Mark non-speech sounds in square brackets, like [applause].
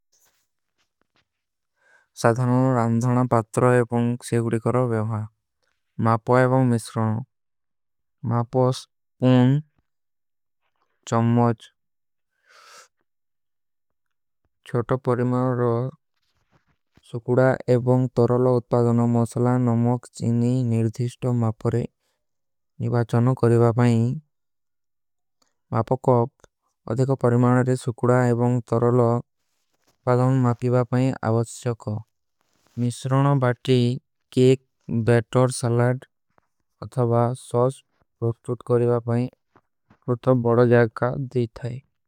ସାଧାନ ରାଂଧାନ ବାତ୍ତର ଏପଂଗ ସେଗରୀକର ଵ୍ଯାଖ୍ଯାନ ମାପୋ। ଏପଂଗ ମିଶ୍ରଣ ମାପୋ ସୁପୁନ ଚମ୍ମଜ। [hesitation] ଛୋଟୋ ପରିମାର ରୋ ସୁକୁଡା ଏପଂଗ ତରଲୋ ଉତ୍ପାଦନ ମସଲା। ନମକ ଚୀନୀ ନିର୍ଧିସ୍ଟୋ ମାପରେ ନିଭାଚନ କରେବା ପାଈ ମାପୋ। କପ ଅଧେକ ପରିମାର ରେ ସୁକୁଡା ଏପଂଗ ତରଲୋ ପାଦାନ ମାପୀବା। ପାଈ ଆଵଚ୍ଚକ ମିଶ୍ରଣ ବାତ୍ତି କେକ ବୈଟର ସାଲାଡ ଅଥାଵା। ସୌସ ରୋଖଟୂଟ କରୀବା ପାଈ ଉତ୍ପାଦନ ବଡା ଜାଗ କା ଦୀ ଥାଈ।